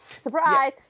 surprise